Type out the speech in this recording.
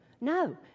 No